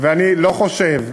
ואני לא חושב,